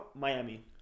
Miami